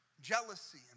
jealousy